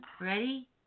Ready